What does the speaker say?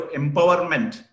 empowerment